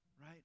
right